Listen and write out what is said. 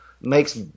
makes –